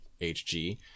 HG